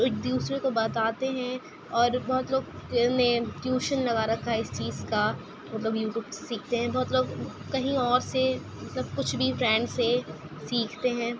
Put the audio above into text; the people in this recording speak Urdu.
ایک دوسرے کو بتاتے ہیں اور بہت لوگ نے ٹیوشن لگا رکھا ہے اس چیز کا مطلب یو ٹیوب سے سیکھتے ہیں بہت لوگ کہیں اور سے مطلب کچھ بھی فرینڈ سے سیکھتے ہیں